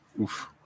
Oof